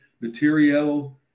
material